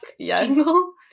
jingle